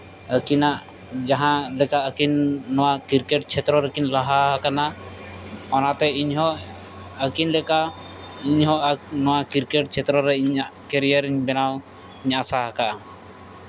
ᱟᱹᱠᱤᱱᱟᱜ ᱡᱟᱦᱟᱸ ᱞᱮᱠᱟ ᱟᱹᱠᱤᱱ ᱱᱚᱣᱟ ᱠᱨᱤᱠᱮᱴ ᱪᱷᱮᱛᱨᱚ ᱨᱮᱠᱤᱱ ᱞᱟᱦᱟ ᱟᱠᱟᱱᱟ ᱚᱱᱟᱛᱮ ᱤᱧᱦᱚᱸ ᱟᱹᱠᱤᱱ ᱞᱮᱠᱟ ᱤᱧᱦᱚᱸ ᱱᱚᱣᱟ ᱠᱨᱤᱠᱮᱴ ᱪᱷᱮᱛᱨᱚ ᱨᱮ ᱤᱧᱟᱹᱜ ᱠᱨᱮᱭᱤᱭᱟᱨ ᱵᱮᱱᱟᱣᱤᱧ ᱟᱥᱟ ᱠᱟᱜᱼᱟ